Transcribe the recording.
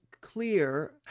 clear